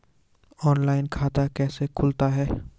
Online खाता कैसे खुलता है?